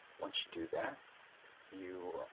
once you do that you